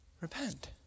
repent